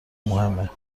مهمه